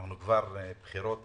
שעכשיו יהיו בחירות